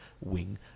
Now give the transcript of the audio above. wing